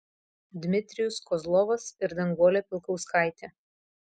dmitrijus kozlovas ir danguolė pilkauskaitė